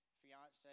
fiance